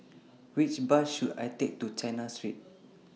Which Bus should I Take to China Street